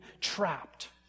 trapped